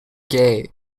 gay